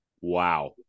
Wow